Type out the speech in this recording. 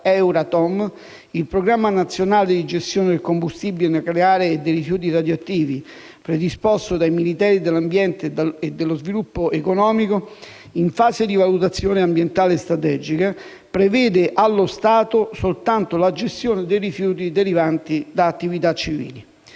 2011/70/Euratom, il Programma nazionale di gestione del combustibile nucleare e dei rifiuti radioattivi predisposto dai Ministeri dell'ambiente e dello sviluppo economico - in fase di valutazione ambientale strategica (VAS) - prevede, allo stato, soltanto la gestione dei rifiuti derivanti da attività civili.